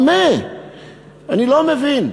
אני לא מבין,